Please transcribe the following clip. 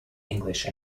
english